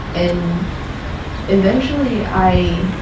and eventually i